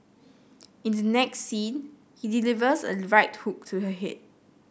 in the next scene he delivers a right hook to her head